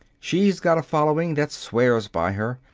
she's got a following that swears by her.